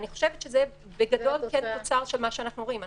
אני חושבת שזה בגדול כן תוצר של מה שאנחנו רואים.